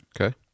Okay